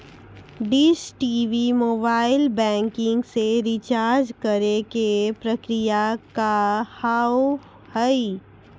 Dish TV mobile banking से recharge करे के प्रक्रिया का हाव हई?